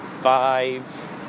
five